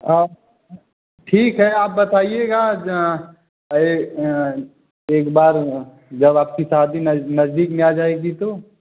ठीक है आप बताइएगा जँ अये अं एक बार जब आपकी शादी नज नज़दीक में आ जाएगी तो